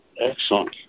excellent